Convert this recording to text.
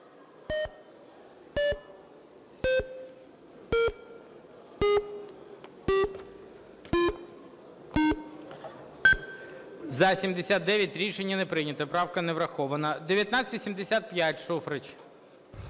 За-79 Рішення не прийнято. Правка не врахована.